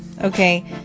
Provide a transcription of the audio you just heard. Okay